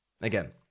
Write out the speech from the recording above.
Again